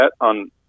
on